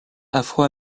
afro